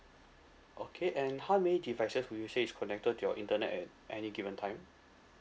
okay and how may devices would you say is connected to your internet at any given time